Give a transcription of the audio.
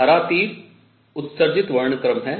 हरा तीर उत्सर्जित वर्णक्रम है